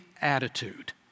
attitude